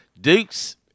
Dukes